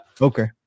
okay